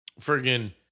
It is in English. friggin